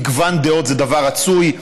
מגוון דעות זה דבר רצוי,